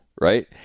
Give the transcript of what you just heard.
right